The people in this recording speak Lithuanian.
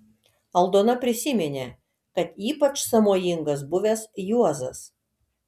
aldona prisiminė kad ypač sąmojingas buvęs juozas